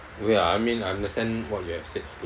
ya I mean I understand what you have said